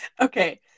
Okay